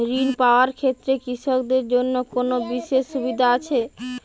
ঋণ পাওয়ার ক্ষেত্রে কৃষকদের জন্য কোনো বিশেষ সুবিধা আছে?